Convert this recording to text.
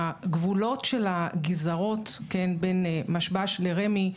הגבולות של הגזרות בין משב"ש לרמ"י,